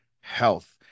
health